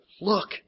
look